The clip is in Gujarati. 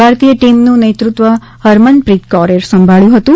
ભારતીય ટીમનું નેતૃત્વ હરમનપ્રીત કૌરે સંભાબ્યું હતું